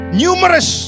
numerous